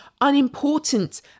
unimportant